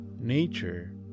nature